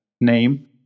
name